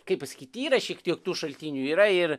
kaip pasakyti yra šiek tiek tų šaltinių yra ir